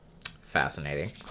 fascinating